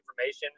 information